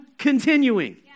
continuing